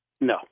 No